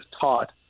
taught